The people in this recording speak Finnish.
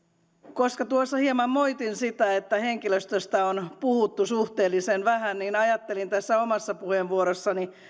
koska tuossa hieman moitin sitä että henkilöstöstä on puhuttu suhteellisen vähän niin ajattelin tässä omassa puheenvuorossani